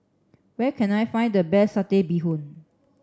where can I find the best satay bee hoon